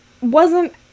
wasn't-